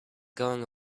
going